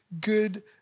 good